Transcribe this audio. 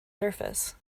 surface